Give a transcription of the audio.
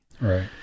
Right